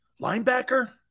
linebacker